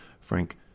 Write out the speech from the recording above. frank